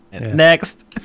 next